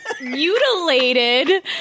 mutilated